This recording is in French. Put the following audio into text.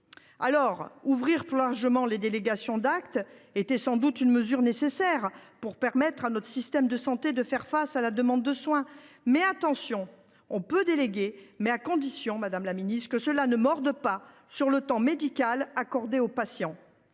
Ouvrir plus largement les délégations d’actes était sans doute une mesure nécessaire pour permettre à notre système de santé de faire face à la demande de soins. Mais prenons garde : on peut déléguer à condition que cela ne morde pas sur le temps médical accordé aux patients.